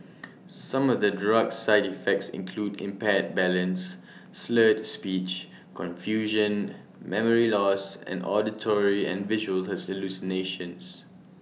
some of the drug's side effects include impaired balance slurred speech confusion memory loss and auditory and visual hallucinations